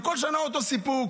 וכל שנה אותו סיפור.